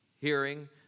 hearing